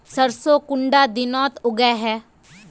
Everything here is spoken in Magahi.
सरसों कुंडा दिनोत उगैहे?